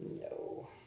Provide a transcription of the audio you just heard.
No